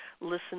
listen